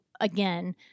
again –